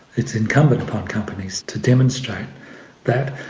it's incumbent upon companies to demonstrate that.